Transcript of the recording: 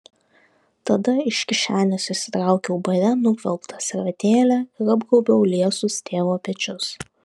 tada iš kišenės išsitraukiau bare nugvelbtą servetėlę ir apgaubiau liesus tėvo pečius